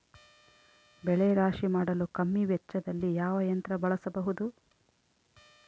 ಬೆಳೆ ರಾಶಿ ಮಾಡಲು ಕಮ್ಮಿ ವೆಚ್ಚದಲ್ಲಿ ಯಾವ ಯಂತ್ರ ಬಳಸಬಹುದು?